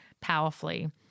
powerfully